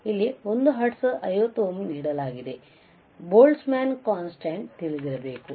ಇಲ್ಲಿ 1 hertz 50 ohm ನೀಡಲಾಗಿದೆ Boltzmann ಸ್ಥಿರಾಂಕ ತಿಳಿದಿರಬೇಕು